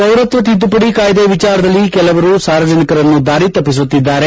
ಪೌರತ್ವ ತಿದ್ದುಪಡಿ ಕಾಯ್ಲೆ ವಿಚಾರದಲ್ಲಿ ಕೆಲವರು ಸಾರ್ವಜನಿಕರನ್ನು ದಾರಿತಪ್ಪಿಸುತ್ತಿದ್ದಾರೆ